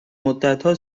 مدتها